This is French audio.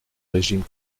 régime